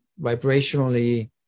vibrationally